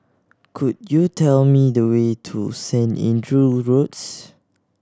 could you tell me the way to Saint Andrew Roads